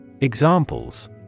Examples